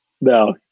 no